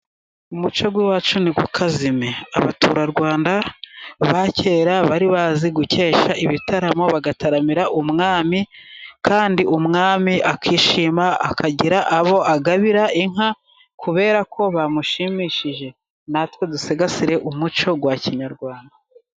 Umuco w'iwacu nt'ukazime, abaturarwanda ba kera bari bazi gukesha ibitaramo bagataramira umwami ,kandi umwami akishima akagira abo agabira inka kubera ko bamushimishije . Natwe dusigasire umuco wa kinyarwanda.